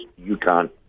UConn